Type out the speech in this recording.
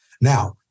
Now